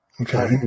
Okay